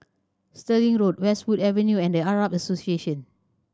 Stirling Road Westwood Avenue and The Arab Association